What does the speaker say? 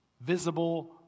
visible